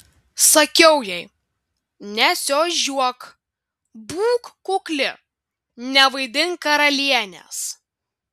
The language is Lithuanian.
sakiau jai nesiožiuok būk kukli nevaidink karalienės